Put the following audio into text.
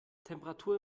temperatur